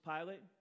Pilate